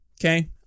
okay